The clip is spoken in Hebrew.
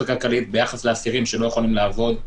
הכלכלית ביחס לאסירים שלא יכולים לעבוד,